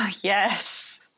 Yes